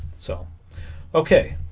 so okay